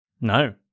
No